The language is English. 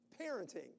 parenting